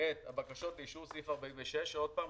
את הבקשות לאישור סעיף 46. עוד פעם,